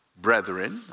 brethren